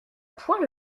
point